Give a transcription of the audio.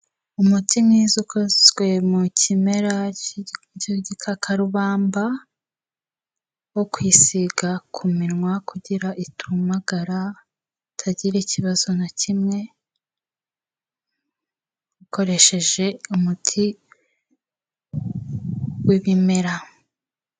Umuti mwiza ukozwe mu kimera k'igikakarubamba wo kwisiga ku minwa kugira itumagara, itagira ikibazo na kimwe ukoresheje umuti w'ibimera.